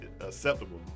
acceptable